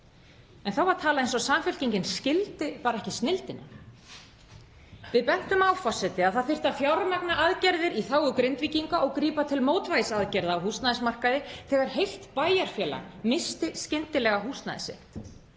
En þá var talað eins og Samfylkingin skildi bara ekki snilldina. Við bentum á, forseti, að það þyrfti að fjármagna aðgerðir í þágu Grindvíkinga og grípa til mótvægisaðgerða á húsnæðismarkaði þegar heilt bæjarfélag missti skyndilega húsnæðið sitt.